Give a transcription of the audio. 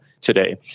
today